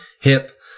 hip